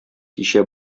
кичә